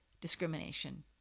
discrimination